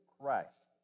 Christ